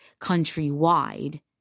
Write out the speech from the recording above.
countrywide